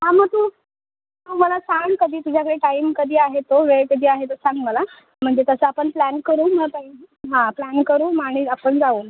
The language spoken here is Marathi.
मग तू तू मला सांग कधी तुझ्याकडे टाईम कधी आहे तो वेळ कधी आहे तो सांग मला म्हणजे कसं आपण प्लॅन करून मग हां प्लॅन करून मग आणि आपण जाऊ